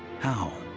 how?